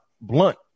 blunt